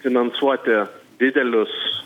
finansuoti didelius